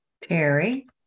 Terry